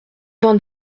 vingt